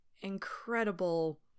incredible